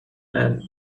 and